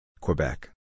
Quebec